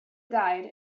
guide